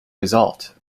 result